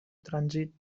trànsit